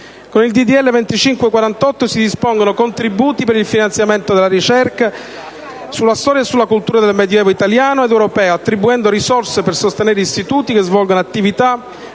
legge n. 2548 si dispongono contributi per il finanziamento della ricerca sulla storia e sulla cultura del Medioevo italiano ed europeo, attribuendo risorse per sostenere istituti che svolgono attività